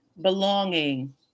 Belonging